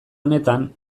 honetan